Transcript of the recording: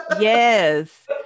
Yes